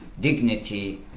dignity